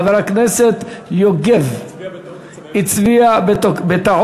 חבר הכנסת יוגב הצביע בטעות,